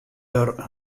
der